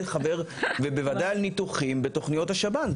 חבר ובוודאי על ניתוחים בתוכניות השב"ן.